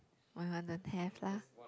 my one don't have lah